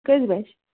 کٔژِ بَجہِ